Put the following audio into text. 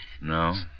No